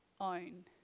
own